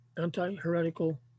anti-heretical